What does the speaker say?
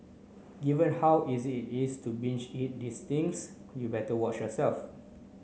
given how easy it is to binge eat these things you better watch yourself